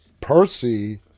Percy